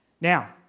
Now